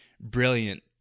brilliant